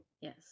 Yes